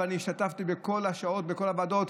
ואני השתתפתי בכל השעות ובכל הוועדות,